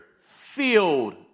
filled